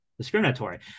discriminatory